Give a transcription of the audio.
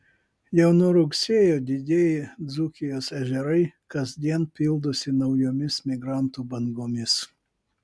jau nuo rugsėjo didieji dzūkijos ežerai kasdien pildosi naujomis migrantų bangomis